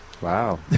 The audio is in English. Wow